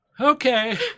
Okay